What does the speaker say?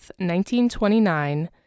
1929